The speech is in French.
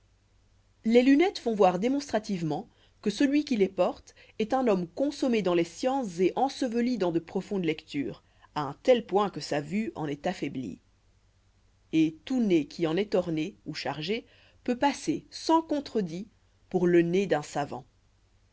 les lunettes font voir démonstrativement que celui qui les porte est un homme consommé dans les sciences et enseveli dans de profondes lectures à un tel point que sa vue en est affaiblie et tout nez qui en est orné ou chargé peut passer sans contredit pour le nez d'un savant